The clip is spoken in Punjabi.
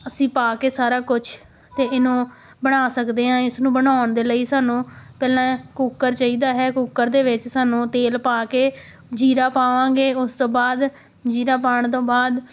ਅਸੀਂ ਪਾ ਕੇ ਸਾਰਾ ਕੁਛ ਅਤੇ ਇਹਨੂੰ ਬਣਾ ਸਕਦੇ ਹਾਂ ਇਸ ਨੂੰ ਬਣਾਉਣ ਦੇ ਲਈ ਸਾਨੂੰ ਪਹਿਲਾਂ ਕੁੱਕਰ ਚਾਹੀਦਾ ਹੈ ਕੁੱਕਰ ਦੇ ਵਿੱਚ ਸਾਨੂੰ ਤੇਲ ਪਾ ਕੇ ਜੀਰਾ ਪਾਵਾਂਗੇ ਉਸ ਤੋਂ ਬਾਅਦ ਜੀਰਾ ਪਾਉਣ ਤੋਂ ਬਾਅਦ